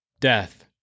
Death